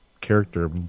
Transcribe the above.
character